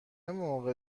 موقع